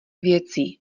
věcí